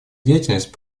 деятельность